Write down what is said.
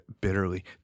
bitterly